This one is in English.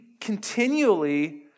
continually